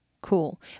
Cool